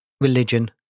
religion